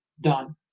done